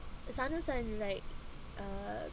the sudden I'm in like uh